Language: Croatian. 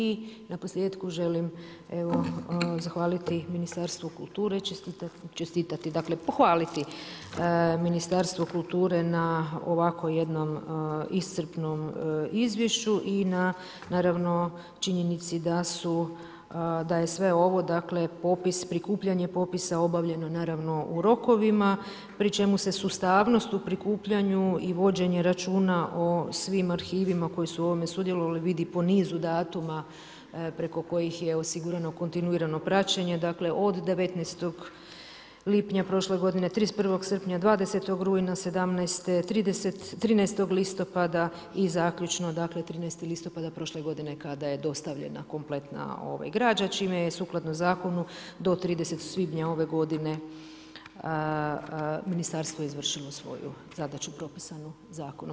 I na posljetku želim evo, zahvaliti Ministarstvu kulture, čestitati, pohvaliti Ministarstvu kulture na ovakvom jednom iscrpnom izvješću i na činjenici da je sve ovo popis, prikupljanje popisa obavljeno naravno u rokovima, pri čemu se sustavnost u prikupljanju i vođenje računa o svim arhivima, koje su ovdje sudjelovali vidi po nizu datuma, preko kojih je osigurano kontinuirano praćenje, dakle, od 19.lipnja prošle godine, 31. srpnja, 20. rujna '17. 13. listopada i zaključno 13. listopada prošle godine, kada je dostavljena kompletna građa, čime je sukladno zakonu do 30. svibnja ove godine, ministarstvo izvršilo svoju zadaću propisanim zakonom.